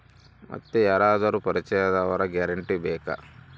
ಮತ್ತೆ ಯಾರಾದರೂ ಪರಿಚಯದವರ ಗ್ಯಾರಂಟಿ ಬೇಕಾ?